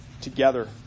together